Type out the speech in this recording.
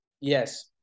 Yes